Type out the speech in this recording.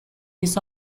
his